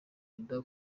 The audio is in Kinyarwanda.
inda